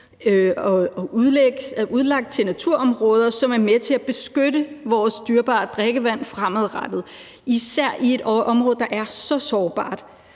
udlagt til naturområder, som er med til at beskytte vores dyrebare drikkevand fremadrettet, især i et område, der er så sårbart.